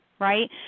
right